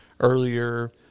Earlier